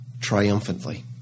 triumphantly